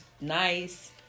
nice